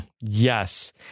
Yes